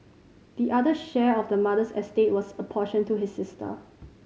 the other share of the mother's estate was apportioned to his sister